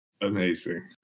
Amazing